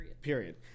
Period